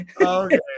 Okay